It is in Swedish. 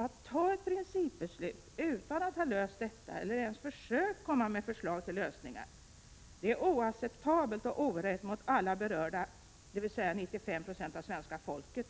Att ta ett principbeslut utan att ha löst dessa frågor, eller ens ha försökt komma med förslag till lösningar, är oacceptabelt och orätt mot alla berörda, dvs. de 95 96 av svenska folket